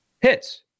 hits